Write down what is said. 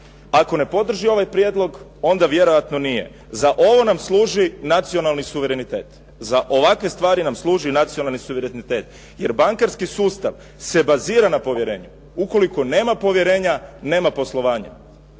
Ako ne podrži ovaj prijedlog onda vjerojatno nije. Za ovo nam služi nacionalni suverenitet, za ovakve stvari nam služi nacionalni suverenitet jer bankarski sustav se bazira na povjerenju. Ukoliko nema povjerenja, nema poslovanja.